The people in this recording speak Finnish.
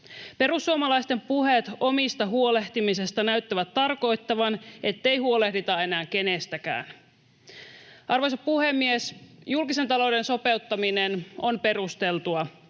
Perussuomalaisten puheet omistaan huolehtimisesta näyttävät tarkoittavan, ettei huolehdita enää kenestäkään. Arvoisa puhemies! Julkisen talouden sopeuttaminen on perusteltua,